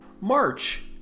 March